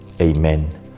Amen